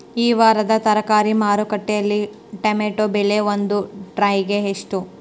ಈ ವಾರದ ತರಕಾರಿ ಮಾರುಕಟ್ಟೆಯಲ್ಲಿ ಟೊಮೆಟೊ ಬೆಲೆ ಒಂದು ಟ್ರೈ ಗೆ ಎಷ್ಟು?